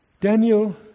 Daniel